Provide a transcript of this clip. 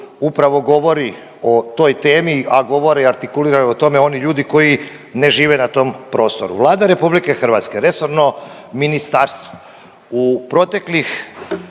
upravo govori o toj temi, a govore i artikuliraju oni ljudi koji ne žive na tom prostoru. Vlada RH, resorno ministarstvo